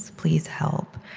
please, help.